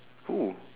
who